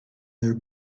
their